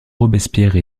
robespierre